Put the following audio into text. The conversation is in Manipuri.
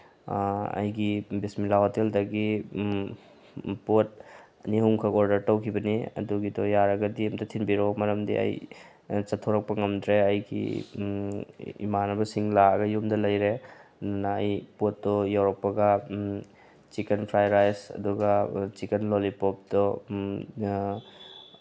ꯑꯩꯒꯤ ꯕꯤꯁꯃꯤꯂꯥ ꯍꯣꯇꯦꯜꯗꯒꯤ ꯄꯣꯠ ꯑꯅꯤ ꯑꯍꯨꯝꯈꯛ ꯑꯣꯔꯗꯔ ꯇꯧꯈꯤꯕꯅꯤ ꯑꯗꯨꯒꯤꯗꯣ ꯌꯥꯔꯒꯗꯤ ꯑꯃꯨꯛꯇ ꯊꯤꯟꯕꯤꯔꯛꯑꯣ ꯃꯔꯝꯗꯤ ꯑꯩ ꯆꯠꯊꯣꯔꯛꯄ ꯉꯝꯗ꯭ꯔꯦ ꯑꯩꯒꯤ ꯏꯃꯥꯟꯅꯕꯁꯤꯡ ꯂꯥꯛꯑꯒ ꯌꯨꯝꯗ ꯂꯩꯔꯦ ꯑꯗꯨꯅ ꯑꯩ ꯄꯣꯠꯇꯣ ꯌꯧꯔꯛꯄꯒ ꯆꯤꯛꯀꯟ ꯐ꯭ꯔꯥꯏ ꯔꯥꯏꯁ ꯑꯗꯨꯒ ꯆꯤꯛꯀꯟ ꯂꯣꯂꯤꯄꯣꯞꯇꯣ